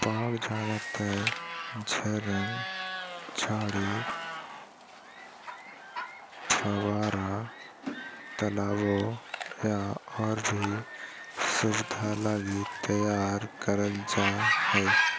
बाग ज्यादातर झरन, झाड़ी, फव्वार, तालाबो या और भी सुविधा लगी तैयार करल जा हइ